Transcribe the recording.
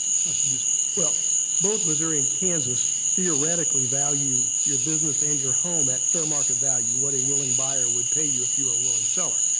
trustee musil. well, both missouri and kansas theoretically value your business and your home at fair market value, what a willing buyer would pay you if you were a willing seller.